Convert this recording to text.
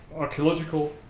archaeological,